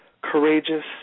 courageous